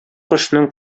кошның